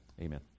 amen